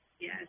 Yes